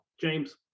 James